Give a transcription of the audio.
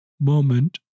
moment